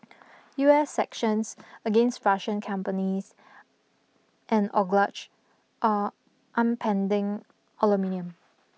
U S sections against Russian companies and are aluminium